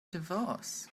divorce